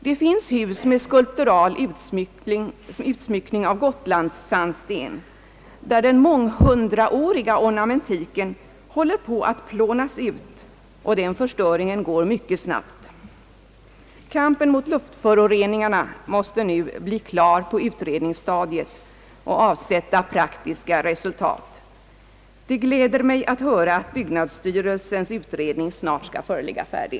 Det finns hus med skulptural utsmyckning av gotlandssandsten, där den månghundraåriga ornamentiken håller på att plånas ut, och den förstöringen går mycket snabbt. Kam pen mot luftföroreningarna måste nu bli klar på utredningsstadiet och avsätta praktiska resultat. Det gläder mig att höra att byggnadsstyrelsens utredning snart skall föreligga färdig.